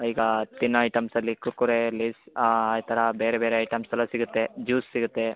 ಈಗ ತಿನ್ನೋ ಐಟಮ್ಸಲ್ಲಿ ಕ್ರುರ್ಕುರೆ ಲೇಸ್ ಈ ಥರ ಬೇರೆ ಬೇರೆ ಐಟಮ್ಸೆಲ್ಲ ಸಿಗುತ್ತೆ ಜ್ಯೂಸ್ ಸಿಗುತ್ತೆ